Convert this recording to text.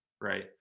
right